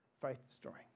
faith-destroying